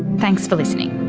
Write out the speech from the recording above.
thanks for listening